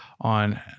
on